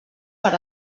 per